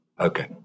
Okay